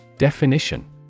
Definition